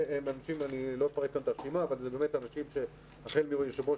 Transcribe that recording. אני לא זוכר את הרשימה אבל זה באמת אנשים החל מיושב-ראש